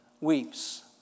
weeps